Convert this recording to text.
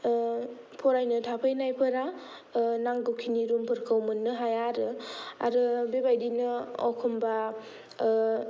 फरायनो थाफैनायफोरा नांगौखिनि रुमफोरखौ मोननो हाया आरो आरो बेबादिनो अखमबा